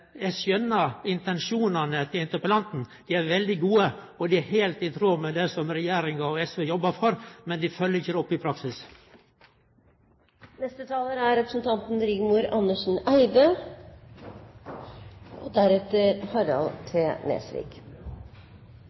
eg skjønar intensjonane til interpellanten. Dei er veldig gode. Dei er heilt i tråd med det regjeringa og SV jobbar for, men dei følgjer det ikkje opp i praksis. Jeg vil også takke interpellanten for å ta opp et viktig tema. Maritim utdanning og